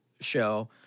show